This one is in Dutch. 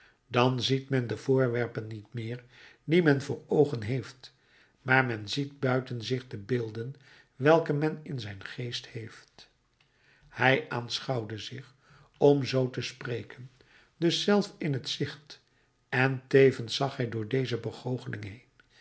dan ziet men de voorwerpen niet meer die men voor oogen heeft maar men ziet buiten zich de beelden welke men in zijn geest heeft hij aanschouwde zich om zoo te spreken dus zelf in t gezicht en tevens zag hij door deze begoocheling heen